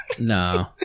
No